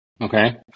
Okay